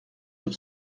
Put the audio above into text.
sur